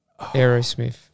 Aerosmith